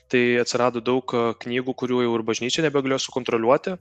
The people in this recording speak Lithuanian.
tai atsirado daug knygų kurių jau ir bažnyčia nebegalėjo sukontroliuoti